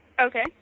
Okay